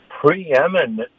preeminent